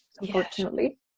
unfortunately